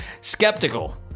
skeptical